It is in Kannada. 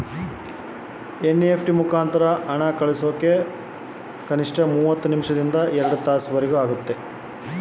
ಸರ್ ಎನ್.ಇ.ಎಫ್.ಟಿ ಮುಖಾಂತರ ಹಣ ಕಳಿಸೋಕೆ ಎಷ್ಟು ಸಮಯ ಬೇಕಾಗುತೈತಿ?